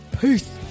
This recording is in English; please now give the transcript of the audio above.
Peace